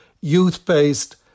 youth-based